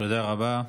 תודה רבה.